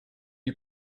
you